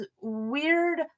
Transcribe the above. weird